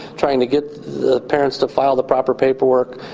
trying to get the parents to file the proper paperwork,